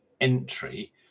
entry